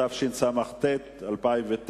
התשס"ט 2009,